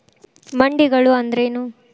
ಮಂಡಿಗಳು ಅಂದ್ರೇನು?